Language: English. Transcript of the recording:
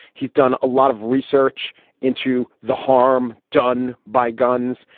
he's done a lot of research into the harm done by guns,